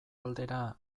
aldera